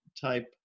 type